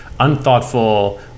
Unthoughtful